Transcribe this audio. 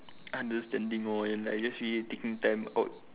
understanding or and like just really taking time out